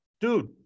Dude